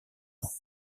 ans